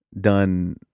done